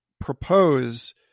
propose